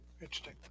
interesting